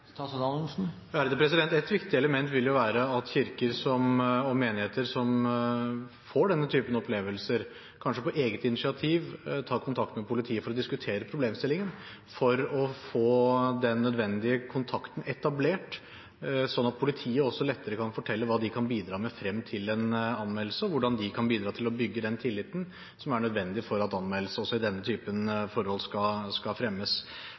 Et viktig element vil være at kirker og menigheter som får denne typen opplevelser, kanskje på eget initiativ tar kontakt med politiet for å diskutere problemstillingen, for å få den nødvendige kontakten etablert, slik at politiet lettere kan fortelle hva de kan bidra med frem til en anmeldelse, og hvordan de kan bidra til å bygge den tilliten som er nødvendig for at anmeldelse også i denne typen forhold skal fremmes.